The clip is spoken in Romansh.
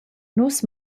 nus